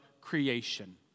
creation